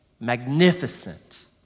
magnificent